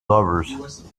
lovers